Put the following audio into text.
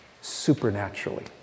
supernaturally